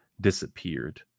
disappeared